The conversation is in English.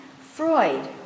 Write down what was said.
Freud